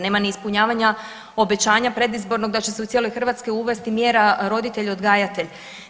Nema ni ispunjavanja obećanja predizbornog da će se u cijeloj Hrvatskoj uvesti mjera roditelj odgajatelj.